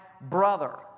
brother